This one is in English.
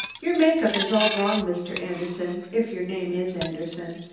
your make-up is all wrong, mr. anderson if your name is anderson.